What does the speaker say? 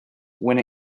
when